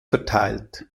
verteilt